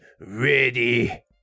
ready